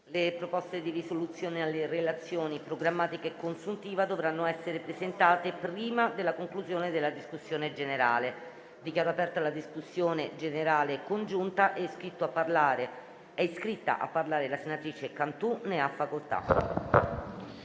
le proposte di risoluzione alle relazioni programmatica e consuntiva potranno essere presentate prima della conclusione della discussione generale. Dichiaro aperta la discussione generale congiunta. È iscritta a parlare la senatrice Cantù. Ne ha facoltà.